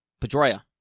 Pedroia